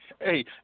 Hey